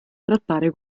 trattare